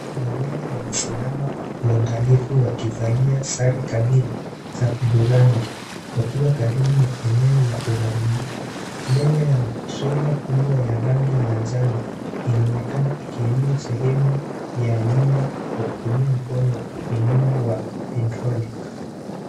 Maaskari wawili wamesimama kwa uangalifu wamevalia sare kamili za udhurangi wakiwa karibu na eneo la uharibifu mbele yao treilla kubwa ya rangi ya njano inaonekana ikiinua sehemu ya nyumba kwa kutumia mkono wa kuinua wa hydrolic .